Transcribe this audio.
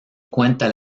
cuenta